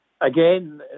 again